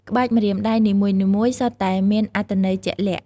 ក្បាច់ម្រាមដៃនីមួយៗសុទ្ធតែមានអត្ថន័យជាក់លាក់។